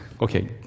okay